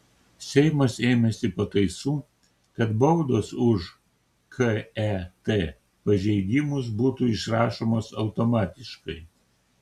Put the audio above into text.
seimas ėmėsi pataisų kad baudos už ket pažeidimus būtų išrašomos automatiškai